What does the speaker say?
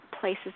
places